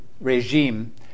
regime